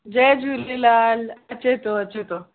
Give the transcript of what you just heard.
जय झूलेलाल अचेतो अचेतो